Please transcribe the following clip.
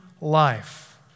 life